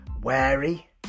wary